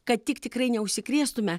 kad tik tikrai neužsikrėstume